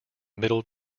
middle